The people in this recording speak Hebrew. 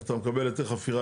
אתה מקבל היתר חפירה